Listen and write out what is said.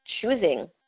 choosing